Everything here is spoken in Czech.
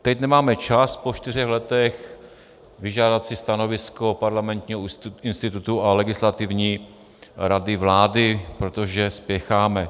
Teď nemáme čas, po čtyřech letech, si vyžádat stanovisko Parlamentního institutu a Legislativní rady vlády, protože spěcháme.